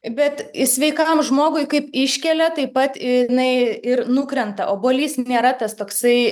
bet sveikam žmogui kaip iškelia taip pat jinai ir nukrenta obuolys nėra tas toksai